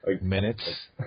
Minutes